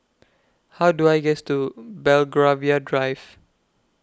How Do I get to Belgravia Drive